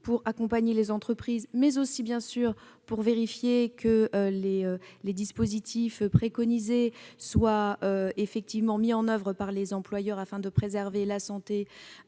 pour accompagner les entreprises, mais aussi pour vérifier que les dispositifs préconisés sont effectivement mis en oeuvre par les employeurs, afin de préserver la santé